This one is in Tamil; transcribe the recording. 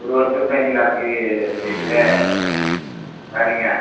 ஒரு வருடத்துக்கு தருவீங்களா ஃப்ரீ இது சர்வீஸு சரிங்க